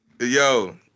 Yo